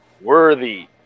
worthy